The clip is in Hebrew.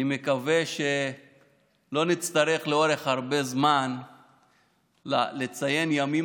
אני שמח להיות ראשון הדוברים היום בציון היום